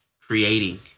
creating